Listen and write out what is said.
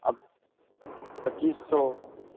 اب پچیس سو